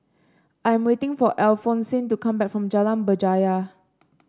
I am waiting for Alphonsine to come back from Jalan Berjaya